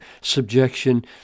subjection